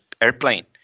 airplane